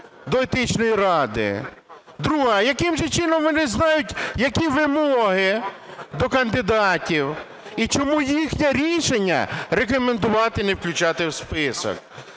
Друге: яким же чином вони знають, які вимоги до кандидатів? І чому їхнє рішення рекомендувати не включати в список?